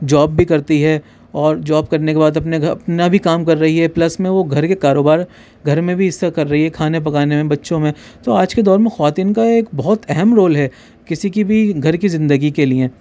job بھی کرتی ہے اور جاب کرنے کے بعد اپنے اپنا بھی کام کر رہی ہے پلس میں وہ گھر کے کاروبار گھر میں بھی حصہ کر رہی ہے کھانا پکانے میں بچوں میں تو آج کے دور میں خواتین کا ایک بہت اہم رول ہے کسی کی بھی گھر کی زندگی کے لئے